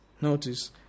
notice